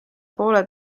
poole